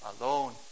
alone